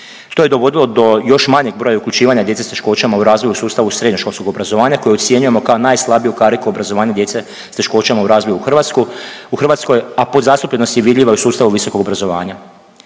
To je dovodilo do još manjeg broja i uključivanja djece s teškoćama u razvoju u sustavu srednjoškolskog obrazovanja koje ocjenjujemo kao najslabiju kariku obrazovanja djece s teškoćama u razvoju u Hrvatskoj, a podzastupljenost je vidljiva i u sustavu visokog obrazovanja.